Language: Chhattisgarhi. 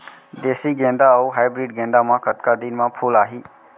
देसी गेंदा अऊ हाइब्रिड गेंदा म कतका दिन म फूल आही?